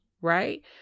right